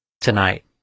tonight